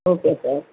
okay sir